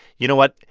you know what?